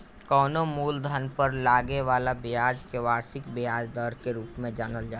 कवनो मूलधन पर लागे वाला ब्याज के वार्षिक ब्याज दर के रूप में जानल जाला